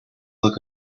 look